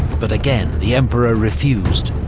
but again, the emperor refused.